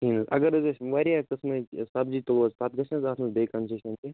کہیٖنۍ نَہ حظ اگر حظ أسۍ وارِیاہ قسمٕچ ٲں سبزی تلو حظ پتہٕ گژھہِ نا حظ آسُن بیٚیہِ کنسیشن تہِ